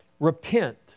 Repent